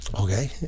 Okay